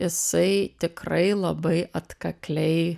jisai tikrai labai atkakliai